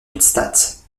neustadt